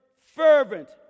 fervent